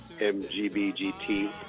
M-G-B-G-T